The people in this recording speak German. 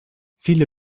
viele